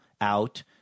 out